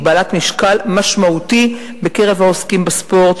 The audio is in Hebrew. בעלת משקל משמעותי בקרב העוסקים בספורט,